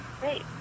Great